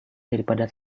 daripada